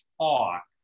talk